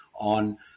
on